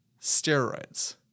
steroids